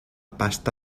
pasta